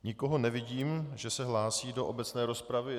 Nikoho nevidím, že se hlásí do obecné rozpravy.